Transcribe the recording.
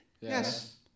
Yes